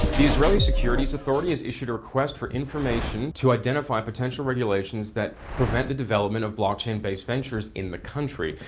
the israeli securities authority has issued a request for information to identify potential regulations that prevent the development of blockchain-based ventures in the country.